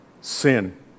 sin